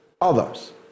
others